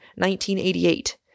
1988